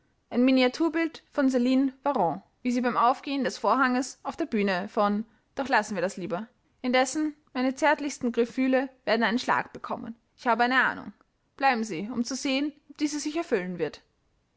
ein miniaturbild von celine varens wie sie beim aufgehen des vorhangs auf der bühne von doch lassen wir das lieber indessen meine zärtlichsten gefühle werden einen schlag bekommen ich habe eine ahnung bleiben sie um zu sehen ob diese sich erfüllen wird